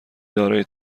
دارای